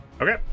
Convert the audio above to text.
Okay